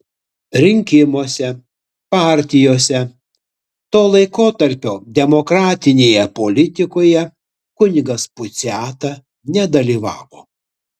rinkimuose partijose to laikotarpio demokratinėje politikoje kunigas puciata nedalyvavo